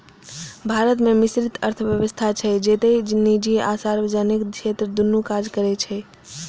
भारत मे मिश्रित अर्थव्यवस्था छै, जतय निजी आ सार्वजनिक क्षेत्र दुनू काज करै छै